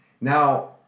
Now